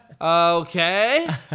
Okay